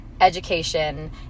education